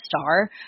star